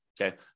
Okay